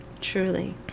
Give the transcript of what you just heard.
truly